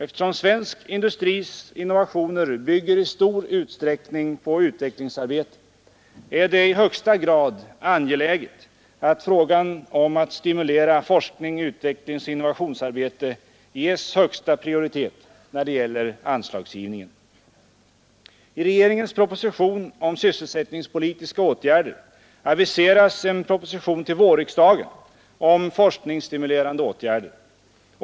Eftersom svensk industris innovationer i stor utsträckning bygger på utvecklingsarbete, är det i högsta grad angeläget att frågan om att stimulera forsknings-, utvecklingsoch innovationsarbete ges högsta prioritet när det gäller anslagsgivningen. I regeringens proposition om sysselsättningspolitiska åtgärder aviseras en proposition till vårriksdagen om forskningsstimulerande åtgärder.